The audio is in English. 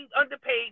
underpaid